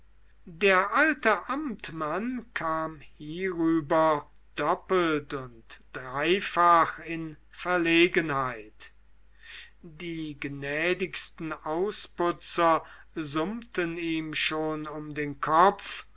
der alte amtmann kam hierüber doppelt und dreifach in verlegenheit die gnädigsten ausputzer summten ihm schon um den kopf